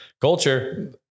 Culture